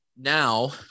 now